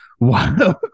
Wow